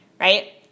right